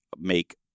make